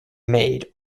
made